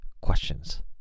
questions